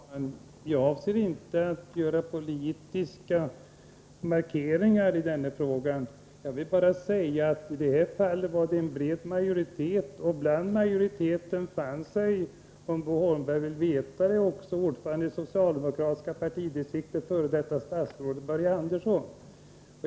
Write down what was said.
Fru talman! Jag avser inte att göra politiska markeringar i den här frågan. Jag vill bara framhålla att det i detta fall var iråga om en bred majoritet. Med i den majoriteten fanns också — om Bo Holmberg vill veta det — ordföranden i det socialdemokratiska partidistriktet, f. d. statsrådet Börje Andersson.